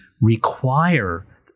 require